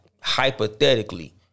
hypothetically